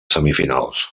semifinals